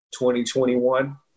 2021